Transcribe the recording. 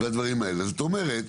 זאת אומרת,